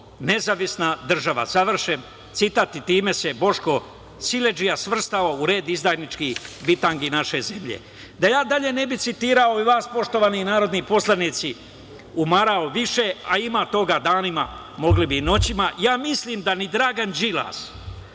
nezavisna država, završen citat i time se Boško siledžija svrstao u red izdajničkih bitangi naše zemlje. Da ja dalje ne bih citirao i vas, poštovani narodni poslanici, umarao više, a imao toga, danima, mogli bi i noćima, ja mislim da ni Dragan Đilas,